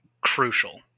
crucial